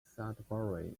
sudbury